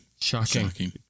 Shocking